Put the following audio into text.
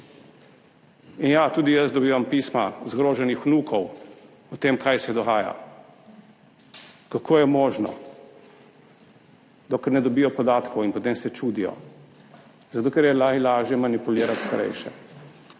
In ja, tudi jaz dobivam pisma zgroženih vnukov o tem, kaj se dogaja, kako je možno, dokler ne dobijo podatkov in potem se čudijo, zato ker je najlažje manipulirati starejše,